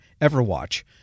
Everwatch